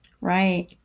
Right